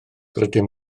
rydym